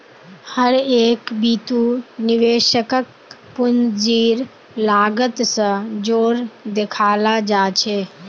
हर एक बितु निवेशकक पूंजीर लागत स जोर देखाला जा छेक